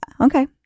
okay